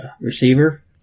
receiver